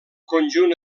conjunt